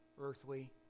earthly